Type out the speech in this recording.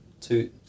two